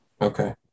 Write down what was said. Okay